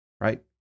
right